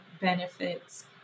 benefits